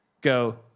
go